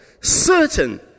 certain